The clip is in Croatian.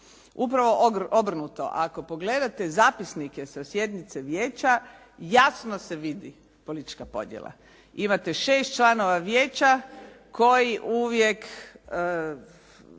Upravo obrnuto. Ako pogledate zapisnike sa sjednice vijeća, jasno se vidi politička podjela. Imate šest članova vijeća koji uvijek